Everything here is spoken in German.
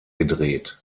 gedreht